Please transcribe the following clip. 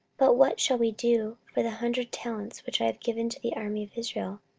but what shall we do for the hundred talents which i have given to the army of israel?